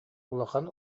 улахан